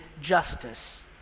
justice